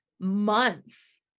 months